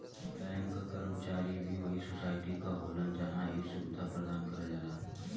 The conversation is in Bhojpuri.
बैंक क कर्मचारी भी वही सोसाइटी क होलन जहां इ सुविधा प्रदान करल जाला